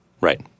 Right